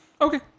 Okay